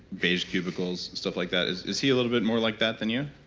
beige cubicles, stuff like that. is is he a little bit more like that than you?